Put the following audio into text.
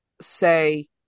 say